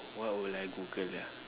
what will I Google ya